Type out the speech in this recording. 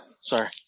Sorry